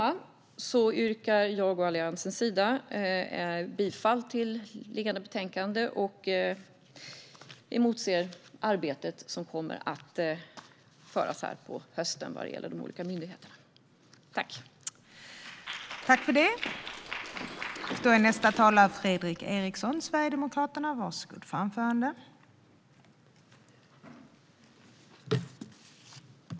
Med detta yrkar jag å Alliansens vägnar bifall till utskottets förslag och emotser det kommande arbetet på de olika myndigheterna i höst.